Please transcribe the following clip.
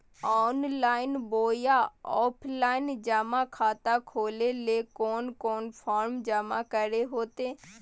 Online बोया offline जमा खाता खोले ले कोन कोन फॉर्म जमा करे होते?